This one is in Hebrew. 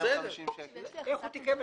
תודה.